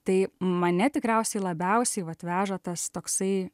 tai mane tikriausiai labiausiai vat veža tas toksai